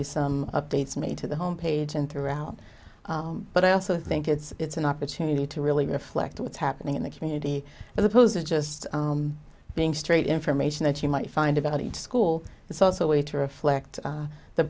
be some updates made to the home page and throughout but i also think it's an opportunity to really reflect what's happening in the community as opposed to just being straight information that you might find about each school it's